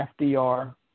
FDR